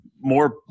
more